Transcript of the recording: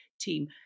team